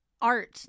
art